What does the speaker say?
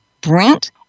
Brent